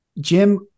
Jim